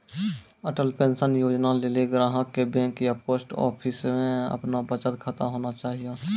Atal pension योजना लेली ग्राहक के बैंक या पोस्ट आफिसमे अपनो बचत खाता होना चाहियो